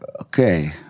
Okay